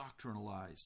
doctrinalized